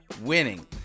winning